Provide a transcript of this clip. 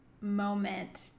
moment